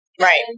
right